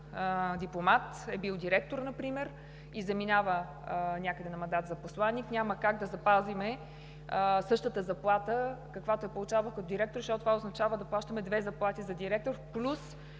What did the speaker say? дипломат е бил директор например и заминава някъде на мандат за посланик, няма как да запазим същата заплата, каквато е получавал като директор, защото това означава да плащаме две заплати за директор плюс